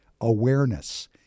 awareness